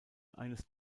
eines